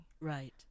Right